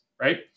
right